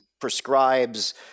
prescribes